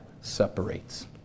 separates